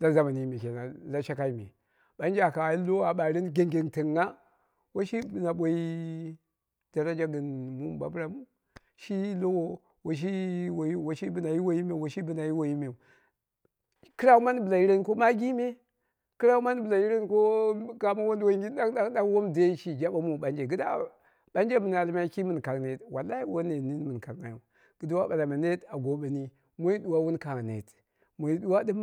La zamani me kenan la shaki me, ɓanje aka al lowo a ɓareni genggentengngha woi shi bɨna boi daraja gɨn mɨɓam biramu shi lowo shi woi shi bɨna yi woiyi me woi shi bɨna yi woiyi men kɨrau mani bɨla yireni ko miggi me, kɨrau mani bɨla yireni ko kamo wonduwoigin ɗang ɗang ɗang ɗang wom dai shi jabe mu ɓanje kɨdda ɓanje mɨn almai ki mɨn kang net wallahi woi net nini mɨn kangnghaiyu kɨduwa bala ma net a goweni moi ɗuwa wun kangngha net, moi ɗuwa ɗɨm